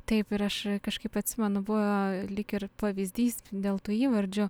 taip ir aš kažkaip atsimenu buvo lyg ir pavyzdys dėl tų įvardžių